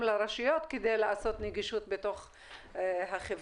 לרשויות כדי לעשות נגישות בתוך החברה.